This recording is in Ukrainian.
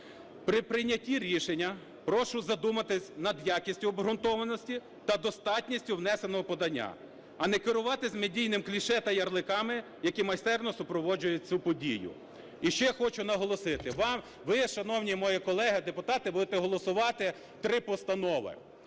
при прийнятті рішення прошу задуматись над якістю обґрунтованості та достатністю внесеного подання, а не керуватись медійними кліше та ярликами, які майстерно супроводжують цю подію. І ще хочу наголосити вам. Ви, шановні мої колеги-депутати, будете голосувати три постанови.